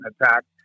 attacked